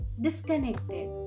disconnected